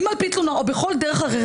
אם על פי תלונה או בכל דרך אחת,